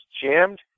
jammed